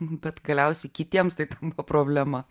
bet galiausiai kitiems tai tampa problema